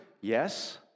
Yes